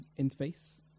interface